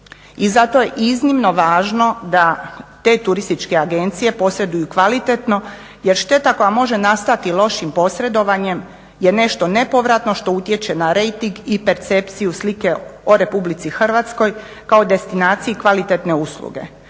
i zato je iznimno važno da te turističke agencije posreduju kvalitetno jer šteta koja može nastati lošim posredovanjem je nešto nepovratno što utječe na rejting i percepciju slike o RH kao destinaciji kvalitetne usluge